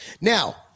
Now